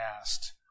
asked